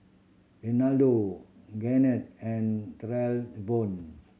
Renaldo Garnett and Trayvon